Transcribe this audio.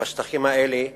בשטחים האלה,